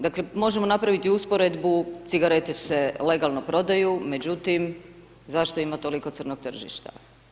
Dakle, možemo napraviti usporedbu, cigarete se legalno prodaju, međutim, zašto ima toliko crnog tržišta?